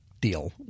deal